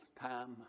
time